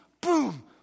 boom